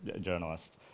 journalist